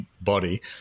body